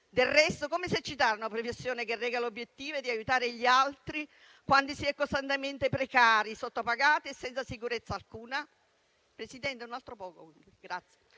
Del resto, come esercitare una professione che reca l'obiettivo di aiutare gli altri, quando si è costantemente precari, sottopagati e senza sicurezza alcuna? Presidente, onorevoli colleghi,